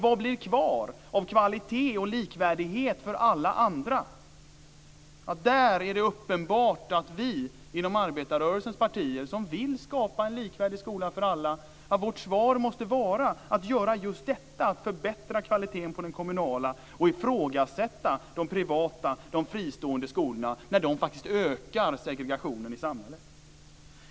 Vad blir då kvar av kvalitet och likvärdighet för alla andra? Här är det uppenbart att svaret från oss inom arbetarrörelsens partier, som vill skapa en likvärdig skola för alla, måste vara att göra just detta: förbättra kvaliteten på den kommunala skolan och ifrågasätta de privata, fristående skolorna då de faktiskt ökar segregationen i samhället.